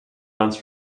months